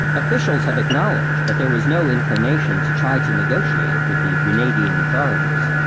officials have acknowledged that there was no inclination to try to negotiate with the grenadian authorities.